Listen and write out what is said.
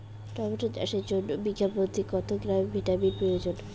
Tomato চাষের জন্য বিঘা প্রতি কত গ্রাম ভিটামিন প্রয়োজন?